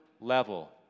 level